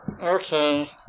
Okay